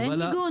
ואין עיגון.